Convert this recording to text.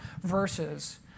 verses